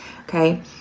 okay